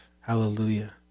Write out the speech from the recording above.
Hallelujah